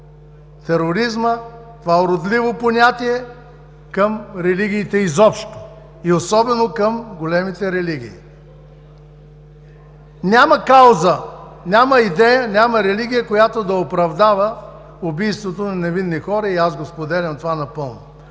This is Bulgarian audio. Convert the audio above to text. тероризма, това уродливо понятие, към религиите изобщо и особено към големите религии. Няма кауза, няма идея, няма религия, която да оправдава убийството на невинни хора и аз напълно споделям това.